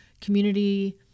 community